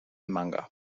manga